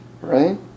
right